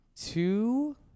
two